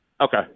Okay